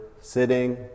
sitting